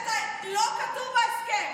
לא כתוב בהסכם.